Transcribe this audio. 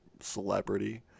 celebrity